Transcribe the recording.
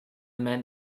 men